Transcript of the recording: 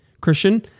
Christian